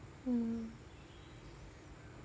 mm